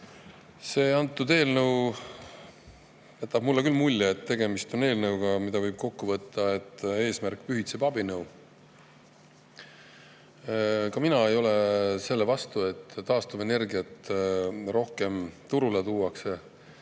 Antud eelnõu jätab mulle küll mulje, et tegemist on eelnõuga, mida võib kokku võtta selliselt, et eesmärk pühitseb abinõu. Ka mina ei ole selle vastu, et taastuvenergiat rohkem turule tuuakse.